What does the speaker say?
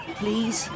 please